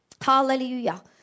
Hallelujah